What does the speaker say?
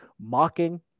mocking